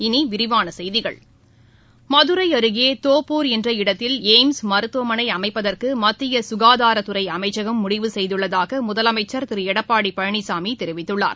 இனிவிரிவானசெய்கிகள் மதுரைஅருகேதோப்பூர் என்ற இடத்தில் எய்ம்ஸ் மருத்துவமனைஅமைப்பதற்குமத்தியசுகாதாரத் துறைஅமைச்சகம் முடிவு செய்துள்ளதாகமுதலமைச்சர் திருளடப்பாடிபழனிசாமிதெரிவித்துள்ளார்